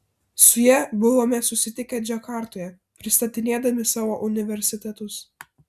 su ja buvome susitikę džakartoje pristatinėdami savo universitetus